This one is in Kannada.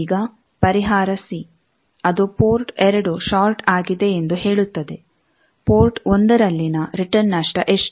ಈಗ ಪರಿಹಾರ ಸಿ ಅದು ಪೋರ್ಟ್ 2 ಷಾರ್ಟ್ ಆಗಿದೆ ಎಂದು ಹೇಳುತ್ತದೆ ಪೋರ್ಟ್ 1 ರಲ್ಲಿನ ರಿಟರ್ನ್ ನಷ್ಟ ಎಷ್ಟು